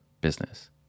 business